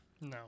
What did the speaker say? No